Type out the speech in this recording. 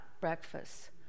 breakfast